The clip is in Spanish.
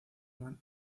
man